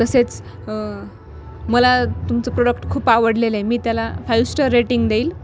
तसेच मला तुमचं प्रोडक्ट खूप आवडलेलं आहे मी त्याला फाईव्ह स्टार रेटिंग देईल